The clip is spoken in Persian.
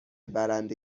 برنده